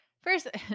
First